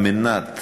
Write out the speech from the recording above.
על מנת